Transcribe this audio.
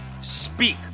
Speak